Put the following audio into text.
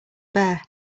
bear